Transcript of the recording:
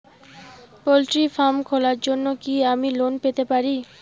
Poultry farm খোলার জন্য কি আমি লোন পেতে পারি?